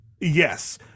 yes